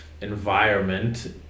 environment